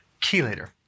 chelator